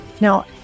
Now